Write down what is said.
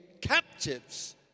captives